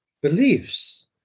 beliefs